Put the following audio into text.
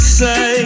say